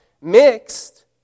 mixed